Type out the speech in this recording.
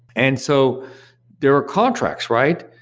and so there are contracts, right?